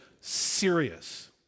serious